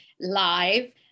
live